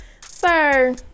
Sir